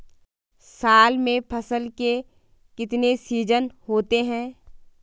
साल में फसल के कितने सीजन होते हैं?